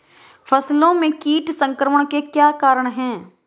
फसलों में कीट संक्रमण के क्या क्या कारण है?